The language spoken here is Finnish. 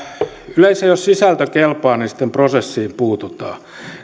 yleensä jos sisältö kelpaa niin sitten prosessiin puututaan